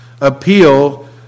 appeal